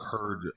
heard